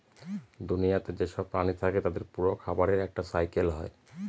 দুনিয়াতে যেসব প্রাণী থাকে তাদের পুরো খাবারের একটা সাইকেল হয়